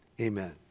Amen